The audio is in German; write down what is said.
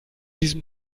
diesem